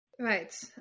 Right